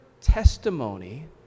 testimony